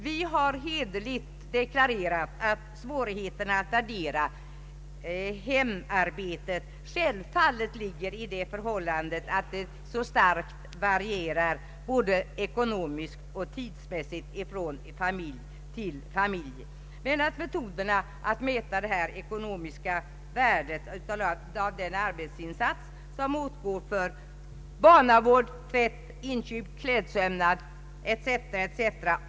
Vi har hederligt deklarerat att svårigheterna att värdera hemarbetet självfallet ligger i det förhållandet att det så starkt varierar både ekonomiskt och tidsmässigt från familj till familj. Emellertid har metoderna att mäta det ekonomiska värdet av den arbetsinsats som åtgår för barnavård, tvätt, inköp, klädsömnad etc.